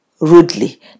rudely